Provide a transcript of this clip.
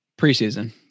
Preseason